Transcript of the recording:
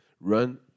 run